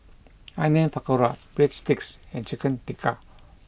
Onion Pakora Breadsticks and Chicken Tikka